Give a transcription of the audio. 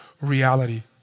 reality